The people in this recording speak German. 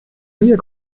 mir